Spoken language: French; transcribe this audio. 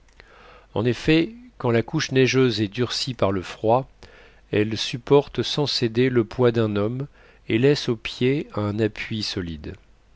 en effet quand la couche neigeuse est durcie par le froid elle supporte sans céder le poids d'un homme et laisse au pied un appui solide